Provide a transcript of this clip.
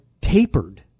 tapered